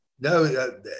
No